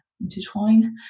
intertwine